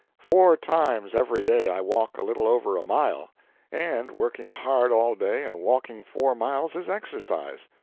four times every day i walk a little over a mile and working hard all day and walking four miles is exercise.